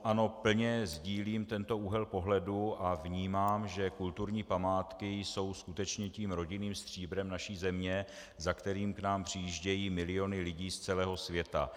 Ano, plně sídlím tento úhel pohledu a vnímám, že kulturní památky jsou skutečně tím rodinným stříbrem naší země, za kterým k nám přijíždějí miliony lidí z celého světa.